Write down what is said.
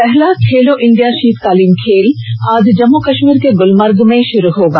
पहला खेलो इंडिया शीतकालीन खेल आज जम्मू कश्मीर के गुलमर्ग में शुरू होगा